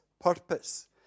purpose